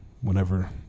whenever